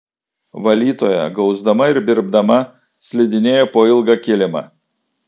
valytoja gausdama ir birbdama slidinėjo po ilgą kilimą